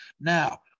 Now